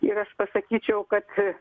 ir aš pasakyčiau kad